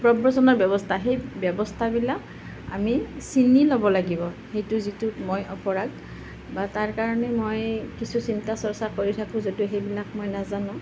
প্ৰব্ৰজনৰ ব্যৱস্থা সেই ব্যৱস্থাবিলাক আমি চিনি ল'ব লাগিব সেইটো যিটো মই অপৰাগ বা তাৰ কাৰণে মই কিছু চিন্তা চৰ্চা কৰি থাকোঁ যদিও সেইবিলাক মই নাজানো